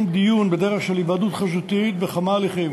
דיון בדרך של היוועדות חזותית בכמה הליכים: